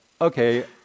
okay